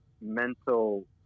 mental